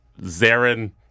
Zarin